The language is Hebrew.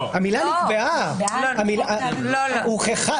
סליחה, המילה הוכחה.